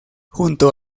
junto